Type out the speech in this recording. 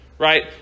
Right